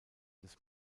des